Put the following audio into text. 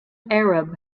arab